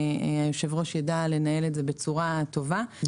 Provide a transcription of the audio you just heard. היושב-ראש ידע לנהל את זה בצורה טובה כי